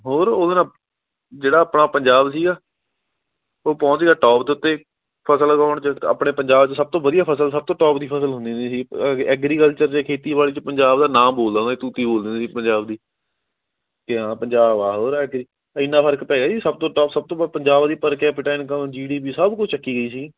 ਹੋਰ ਉਹਦੇ ਨਾਲ ਜਿਹੜਾ ਆਪਣਾ ਪੰਜਾਬ ਸੀਗਾ ਉਹ ਪਹੁੰਚ ਗਿਆ ਟੋਪ ਦੇ ਉੱਤੇ ਫ਼ਸਲ ਉਗਾਉਣ 'ਚ ਆਪਣੇ ਪੰਜਾਬ 'ਚ ਸਭ ਤੋਂ ਵਧੀਆ ਫ਼ਸਲ ਸਭ ਤੋਂ ਟੋਪ ਦੀ ਫ਼ਸਲ ਹੁੰਦੀ ਹੁੰਦੀ ਸੀ ਐਗਰੀਕਲਚਰ ਅਤੇ ਖੇਤੀਬਾੜੀ 'ਚ ਪੰਜਾਬ ਦਾ ਨਾਮ ਬੋਲਦਾ ਹੁੰਦਾ ਸੀ ਤੂਤੀ ਬੋਲਦੀ ਹੁੰਦੀ ਸੀ ਪੰਜਾਬ ਦੀ ਕਿ ਹਾਂ ਪੰਜਾਬ ਆ ਹੋ ਰਿਹਾ ਅੱਗੇ ਇੰਨਾ ਫ਼ਰਕ ਪੈ ਗਿਆ ਸੀ ਸਭ ਤੋਂ ਟੋਪ ਸਭ ਤੋਂ ਵੱਧ ਪੰਜਾਬ ਦੀ ਪਰਖਿਆ ਪਿਟਾਨਕ ਜੀ ਡੀ ਪੀ ਸਭ ਕੁਝ ਚੱਕੀ ਗਈ ਸੀ